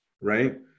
right